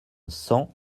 cent